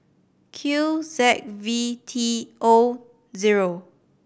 Q Z V T O zero